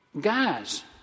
guys